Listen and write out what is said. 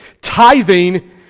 tithing